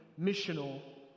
missional